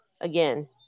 again